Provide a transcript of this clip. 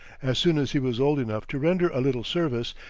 as soon as he was old enough to render a little service,